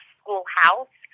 schoolhouse